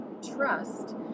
trust